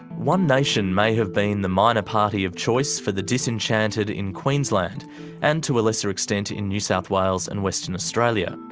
one nation may have been the minor party of choice for the disenchanted in queensland and, to a lesser extent, in new south wales and western australia.